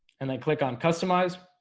and then click on customize